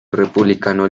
republicano